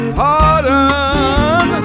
pardon